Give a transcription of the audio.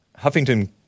Huffington